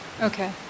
Okay